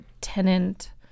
tenant